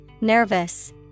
nervous